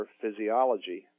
physiology